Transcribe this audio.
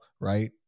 right